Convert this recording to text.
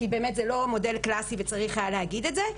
כי באמת זה לא מודל קלאסי צריך היה להגיד את זה,